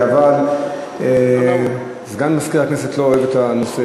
אבל סגן מזכיר הכנסת לא אוהב את זה,